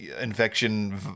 infection